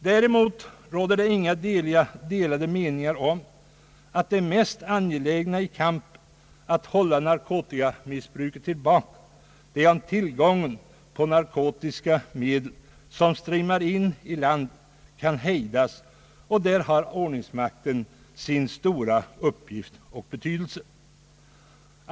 Däremot råder inga delade meningar om att det mest angelägna i kampen att hålla narkotikamissbruket tillbaka är att tillgången på narkotiska medel, som strömmar in i landet, kan hejdas. Där har ordningsmakten sin stora uppgift.